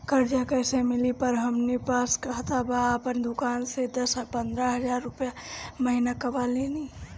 कर्जा कैसे मिली घर में हमरे पास खाता बा आपन दुकानसे दस पंद्रह हज़ार रुपया महीना कमा लीला?